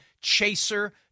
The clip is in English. chaser